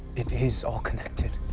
it is all connected.